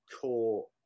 core